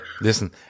listen